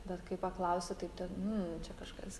bet kai paklausi tai ten mm čia kažkas